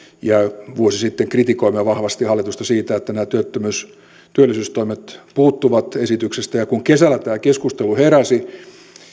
ja vuosi sitten kritikoimme vahvasti hallitusta siitä että nämä työllisyystoimet puuttuvat esityksestä ja kun kesällä tämä keskustelu heräsi